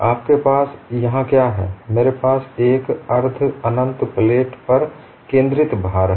आपके पास यहां क्या है मेरे पास एक अर्ध अनंत प्लेट पर केंद्रित भार है